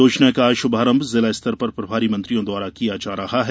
योजना का शुभारंभ जिलास्तर पर प्रभारी मंत्रियों द्वारा किया जा रहा है